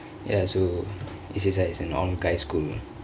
ya so A_C_S_I is an all guys school